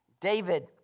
David